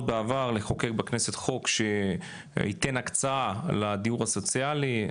בעבר לחוקק בכנסת חוק שייתן הקצאה לדיור הסוציאלי,